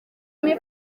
indi